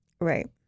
Right